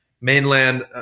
mainland